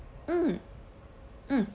mm mm